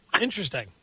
Interesting